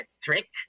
trick